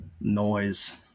noise